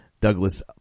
Douglas